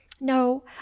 No